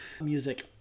music